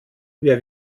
wer